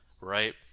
right